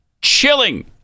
chilling